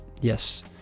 Yes